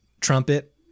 trumpet